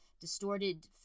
Distorted